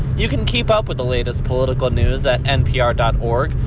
you can keep up with the latest political news at npr dot org,